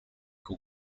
who